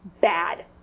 bad